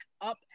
up